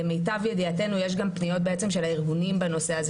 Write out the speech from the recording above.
למיטב ידיעתנו יש גם פניות בעצם של הארגונים בנושא הזה